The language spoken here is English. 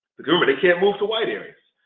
remember, they can't move to white areas.